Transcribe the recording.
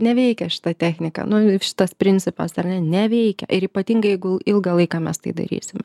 neveikia šita technika nu šitas principas ar ne neveikia ir ypatingai jeigu ilgą laiką mes tai darysim